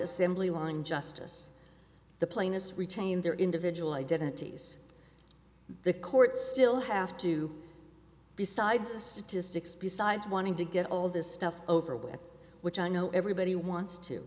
assembly line justice the plainest retain their individual identities the court still have to besides the statistics besides wanting to get all this stuff over with which i know everybody wants to